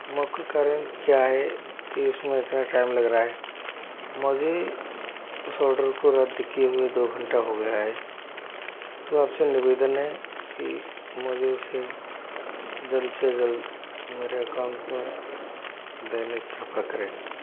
मुख्य कारण क्या है कि उस में इतना टाइम लग रहा है मुझे उस ऑर्डर को रद्द किए हुए दो घंटे हो गया है तो आप से निवेदन है कि मुझे उसे जल्द से जल्द मेरे अकाउंट में देने की कृपा करें